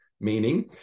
meaning